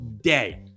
day